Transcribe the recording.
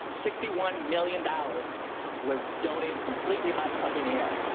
sixty one million dollars was donated completely by company a,